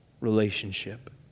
relationship